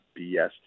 BS